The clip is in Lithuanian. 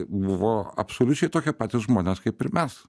buvo absoliučiai tokie patys žmonės kaip ir mes